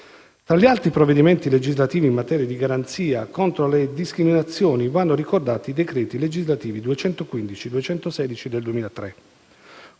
Tra gli altri provvedimenti legislativi in materia di garanzia contro le discriminazioni, vanno ricordati i decreti legislativi nn. 215 e 216 del 2003,